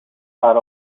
are